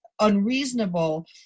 unreasonable